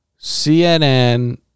CNN